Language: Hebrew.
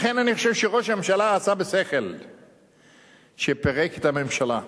לכן אני חושב שראש הממשלה עשה בשכל כשפירק את הממשלה.